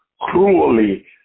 cruelly